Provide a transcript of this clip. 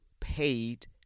paid